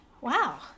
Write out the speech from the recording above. Wow